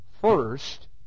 first